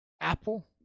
Apple